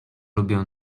lubię